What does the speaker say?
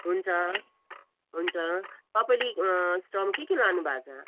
हुन्छ हुन्छ तपाईँले स्टल के के लानु भएको छ